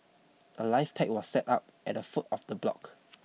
a life pack was set up at the foot of the block